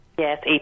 Yes